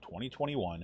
2021